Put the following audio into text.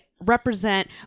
represent